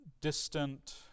distant